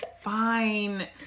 fine